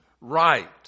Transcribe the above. right